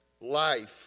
life